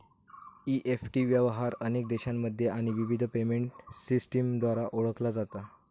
EFT व्यवहार अनेक देशांमध्ये आणि विविध पेमेंट सिस्टमद्वारा ओळखला जाता